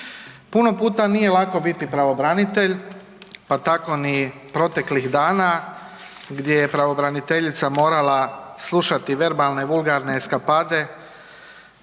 Puno puta nije lako biti pravobranitelj, pa tako ni proteklih dana gdje je pravobraniteljica morala slušati verbalne vulgarne eskapade